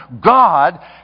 God